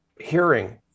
hearing